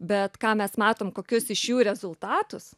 bet ką mes matom kokius iš jų rezultatus